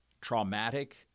traumatic